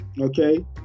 okay